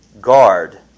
guard